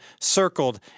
circled